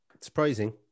surprising